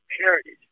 heritage